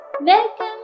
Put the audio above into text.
Welcome